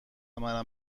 منم